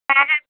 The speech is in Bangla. হ্যাঁ হ্যাঁ